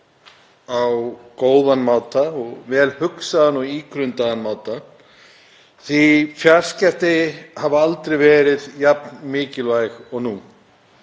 á góðan hátt, á vel hugsaðan og ígrundaðan hátt, því að fjarskipti hafa aldrei verið jafn mikilvæg og nú.